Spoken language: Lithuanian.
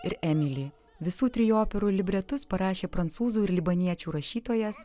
ir emili visų trijų operų libretus parašė prancūzų ir libaniečių rašytojas